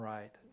Right